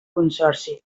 consorci